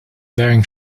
wearing